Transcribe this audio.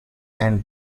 and